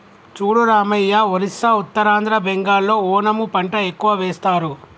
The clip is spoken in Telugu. చూడు రామయ్య ఒరిస్సా ఉత్తరాంధ్ర బెంగాల్లో ఓనము పంట ఎక్కువ వేస్తారు